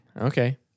Okay